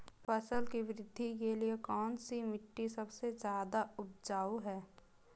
फसल की वृद्धि के लिए कौनसी मिट्टी सबसे ज्यादा उपजाऊ है?